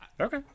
Okay